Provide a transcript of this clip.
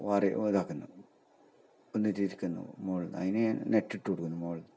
worry ഇതാക്കുന്ന് വന്നിട്ട് ഇരിക്കുന്നു മുകളിൽ അതിന് നെറ്റ് ഇട്ടു കൊടുക്കുന്നു മുകളിൽ